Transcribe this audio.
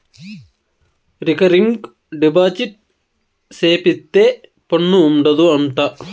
recurring deposit సేపిత్తే పన్ను ఉండదు అంట